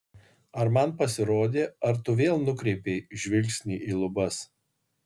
ar man pasirodė ar tu vėl nukreipei žvilgsnį į lubas